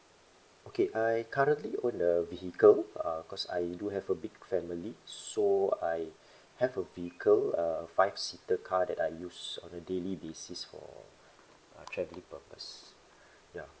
okay I currently own a vehicle uh because I do have a big family so I have a vehicle uh five seater car that I use on a daily basis for uh travelling purpose ya